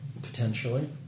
Potentially